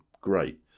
Great